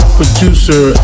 producer